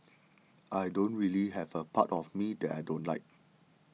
I don't really have a part of me that I don't like